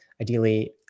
ideally